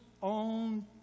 on